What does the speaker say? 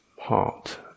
heart